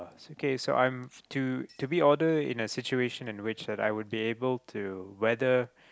it's okay so I've to to be order in a situation and which I would be able to whether